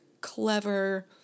clever